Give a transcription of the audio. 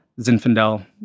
Zinfandel